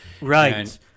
Right